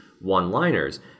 one-liners